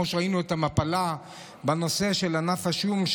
וראינו את המפלה בנושא של ענף השום,